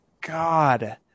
God